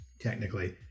technically